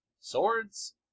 Swords